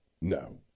No